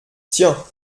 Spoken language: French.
tiens